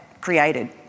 created